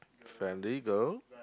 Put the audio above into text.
friendly girl